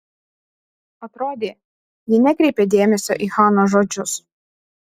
atrodė ji nekreipia dėmesio į hanos žodžius